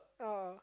oh